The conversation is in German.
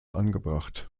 angebracht